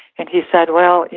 and he said, well,